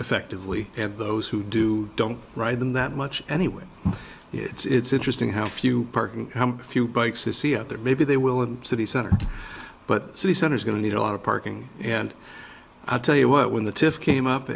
effectively and those who do don't ride them that much anyway it's interesting how few parking few bikes to see out there maybe they will in city center but city center is going to need a lot of parking and i tell you what when the tiff came up